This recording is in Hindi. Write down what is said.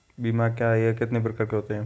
बीमा क्या है यह कितने प्रकार के होते हैं?